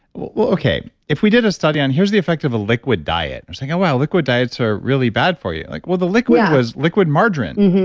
well, okay, if we did a study on here's the effect of a liquid diet, they're saying, oh well, liquid diets are really bad for you. like, well, the liquid was liquid margarine.